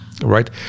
right